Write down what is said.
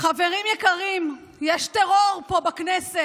חברת הכנסת